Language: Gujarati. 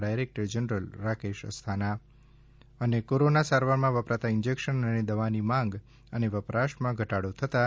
director general Rakesh Asthana corona સારવારમાં વપરાતા ઈંજેકશન અને દવાની માંગ અને વપરાશમાં ઘટાડો થતાં